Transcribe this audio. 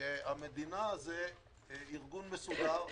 שהמדינה היא ארגון מסודר,